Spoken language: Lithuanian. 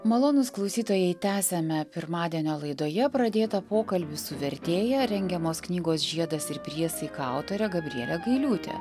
malonūs klausytojai tęsiame pirmadienio laidoje pradėtą pokalbį su vertėja rengiamos knygos žiedas ir priesaika autorė gabriele gailiūte